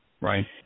Right